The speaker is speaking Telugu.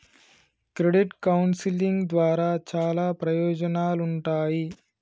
క్రెడిట్ కౌన్సిలింగ్ ద్వారా చాలా ప్రయోజనాలుంటాయి